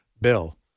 bill